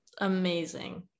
amazing